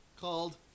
called